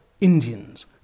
Indians